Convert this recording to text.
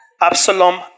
Absalom